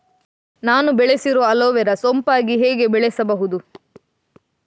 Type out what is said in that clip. ನಾನು ಬೆಳೆಸಿರುವ ಅಲೋವೆರಾ ಸೋಂಪಾಗಿ ಹೇಗೆ ಬೆಳೆಸಬಹುದು?